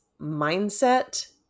mindset